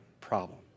problem